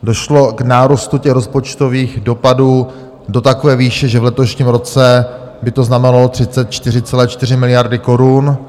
Došlo k nárůstu těch rozpočtových dopadů do takové výše, že v letošním roce by to znamenalo 34,4 miliardy korun.